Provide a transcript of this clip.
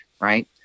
Right